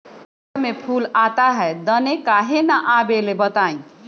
रहर मे फूल आता हैं दने काहे न आबेले बताई?